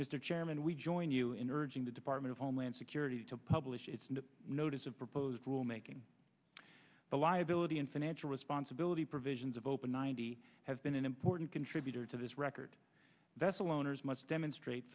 mr chairman we join you in urging the department of homeland security to publish its notice of proposed rule making the liability and financial responsibility provisions of open ninety has been an important contributor to this record that's a loaners must demonstrate